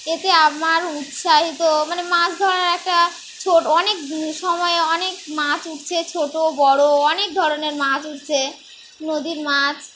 এতে আমার উৎসাহিত মানে মাছ ধরার একটা ছোট অনেক সময়ে অনেক মাছ উঠছে ছোটো বড়ো অনেক ধরনের মাছ উঠছে নদীর মাছ